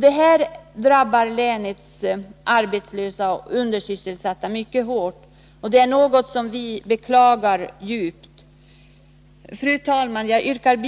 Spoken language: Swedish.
Det drabbar länets arbetslösa och undersysselsatta mycket hårt, och det beklagar vi djupt. Fru talman! Jag yrkar